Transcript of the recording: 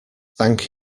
thank